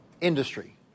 industry